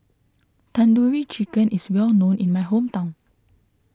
Tandoori Chicken is well known in my hometown